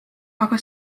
aga